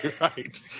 right